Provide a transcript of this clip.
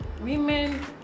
women